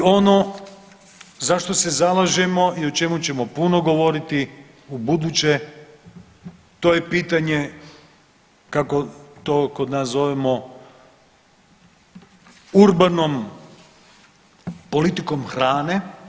I ono za što se zalažemo i o čemu ćemo puno govoriti ubuduće to je pitanje kako to kod nas zovemo urbanom politikom hrane.